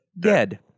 dead